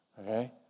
Okay